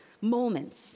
moments